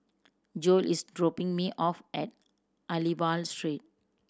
Joel is dropping me off at Aliwal Street